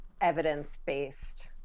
evidence-based